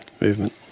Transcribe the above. movement